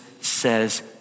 says